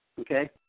Okay